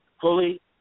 fully